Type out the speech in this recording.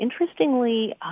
interestingly